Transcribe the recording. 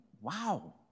Wow